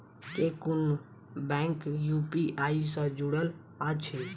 केँ कुन bank UPI सँ जुड़ल अछि?